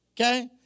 Okay